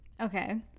Okay